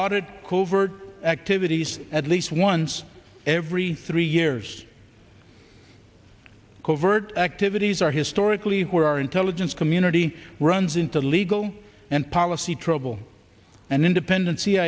audit covert activities at least once every three years covert activities are historically where our intelligence community runs into legal and policy trouble and independent